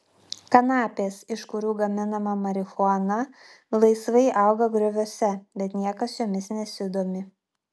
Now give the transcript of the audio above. kanapės iš kurių gaminama marihuana laisvai auga grioviuose bet niekas jomis nesidomi